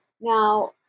Now